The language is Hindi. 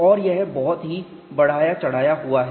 और यह बहुत ही बढ़ाया चढ़ाया हुआ है